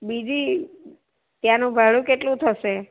બીજી ત્યાંનું ભાડું કેટલું થશે